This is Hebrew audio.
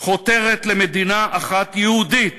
חותרת למדינה אחת יהודית